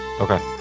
Okay